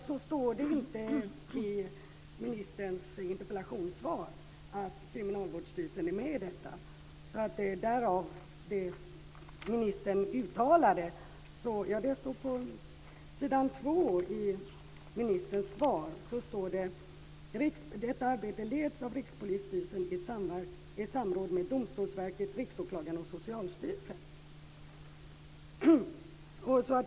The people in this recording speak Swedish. Fru talman! Det står inget i ministerns interpellationssvar om att Kriminalvårdsstyrelsen är med i detta. I svaret står det: "Detta arbete leds av Rikspolisstyrelsen i samråd med Domstolsverket, Riksåklagaren och Socialstyrelsen."